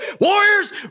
Warriors